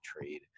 trade